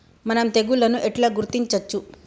మనం తెగుళ్లను ఎట్లా గుర్తించచ్చు?